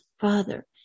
Father